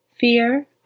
fear